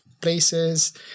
places